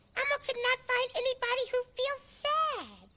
elmo could not find anybody who feels sad.